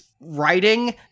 writing